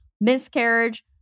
miscarriage